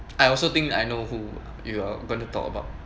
I also think I know who you are going to talk about